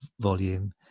volume